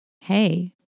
Hey